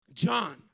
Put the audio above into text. John